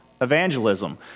Evangelism